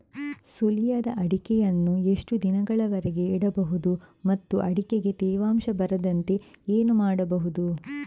ಸುಲಿಯದ ಅಡಿಕೆಯನ್ನು ಎಷ್ಟು ದಿನಗಳವರೆಗೆ ಇಡಬಹುದು ಮತ್ತು ಅಡಿಕೆಗೆ ತೇವಾಂಶ ಬರದಂತೆ ಏನು ಮಾಡಬಹುದು?